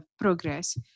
progress